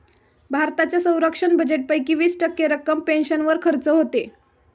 भारताच्या संरक्षण बजेटपैकी वीस टक्के रक्कम पेन्शनवर खर्च होते